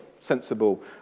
sensible